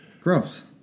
Gross